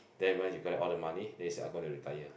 then when you collect all the money then you say I gonna retire